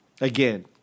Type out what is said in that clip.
Again